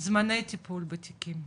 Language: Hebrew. זמני טיפול בתיקים.